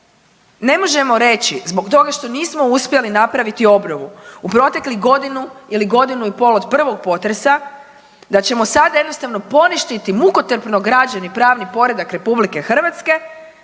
ne možemo reći zbog toga što nismo uspjeli napraviti obnovu u proteklih godinu ili godinu i pol od prvog potresa da ćemo sad jednostavno poništiti mukotrpno građeni pravni poredak RH da